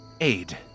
aid